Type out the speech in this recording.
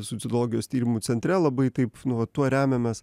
suicidologijos tyrimų centre labai taip nu vat tuo remiamės